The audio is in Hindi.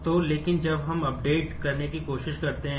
तो लेकिन जब हम अपडेट होने की है